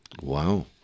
Wow